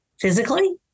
physically